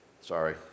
Sorry